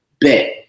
Bet